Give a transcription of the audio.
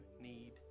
need